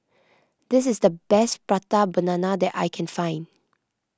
this is the best Prata Banana that I can find